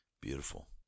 Beautiful